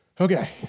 Okay